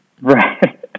Right